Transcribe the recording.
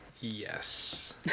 yes